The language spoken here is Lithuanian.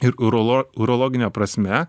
ir urolo urologine prasme